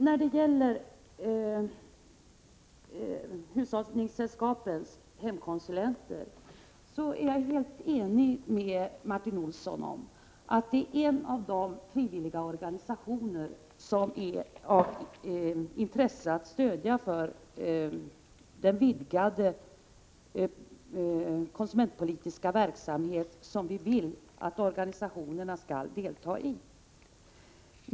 När det gäller hushållningssällskapens hemkonsulenter är jag överens med Martin Olsson om att det är en av de frivilliga organisationer som vi har intresse av att stödja inom ramen för den vidgade konsumentpolitiska verksamhet som vi vill att organisationerna skall delta i.